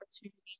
opportunities